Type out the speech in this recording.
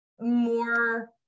more